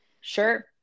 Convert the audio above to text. Sure